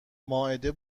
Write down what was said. مائده